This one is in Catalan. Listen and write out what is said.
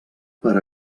per